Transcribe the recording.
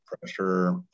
pressure